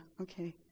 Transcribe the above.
okay